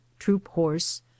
troop-horse